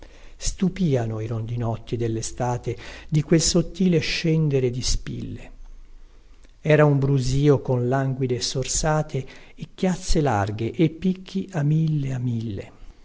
giallo stupìano i rondinotti dellestate di quel sottile scendere di spille era un brusìo con languide sorsate e chiazze larghe e picchi a mille a mille